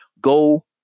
Go